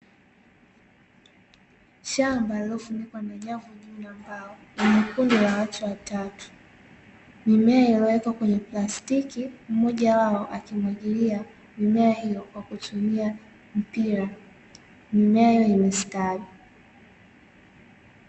Shamba lilofunikwa na nyavu juu na mbao na kundi la watu watatu. Mimea iliyowekwa kwenye plastiki, mmoja wao akimwagilia mimea hiyo kwa kutumia mpira, mimea imestawi.